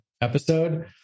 episode